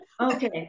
Okay